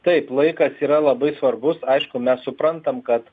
taip laikas yra labai svarbus aišku mes suprantam kad